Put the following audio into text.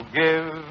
give